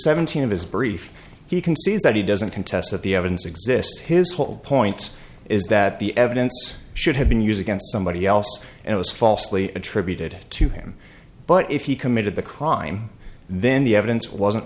seventeen of his brief he concedes that he doesn't contest that the evidence exists his whole point is that the evidence should have been used against somebody else and it was falsely attributed to him but if he committed the crime then the evidence wasn't